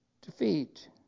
Defeat